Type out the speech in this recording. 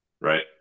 Right